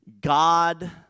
God